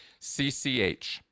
CCH